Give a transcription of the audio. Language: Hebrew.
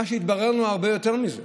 מה שהתברר לנו זה הרבה יותר מזה: